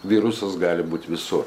virusas gali būt visur